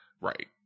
Right